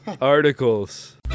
articles